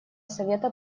совета